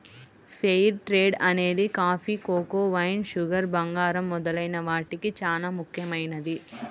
fair trade అనేది coffee, cocoa, wine, sugar, బంగారం మొదలైన వాటికి చానా ముఖ్యమైనది